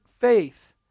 faith